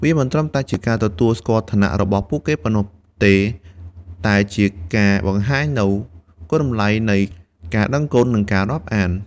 វាមិនត្រឹមតែជាការទទួលស្គាល់ឋានៈរបស់ពួកគេប៉ុណ្ណោះទេ តែជាការបង្ហាញនូវគុណតម្លៃនៃការដឹងគុណ និងការរាប់អាន។។